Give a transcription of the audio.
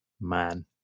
man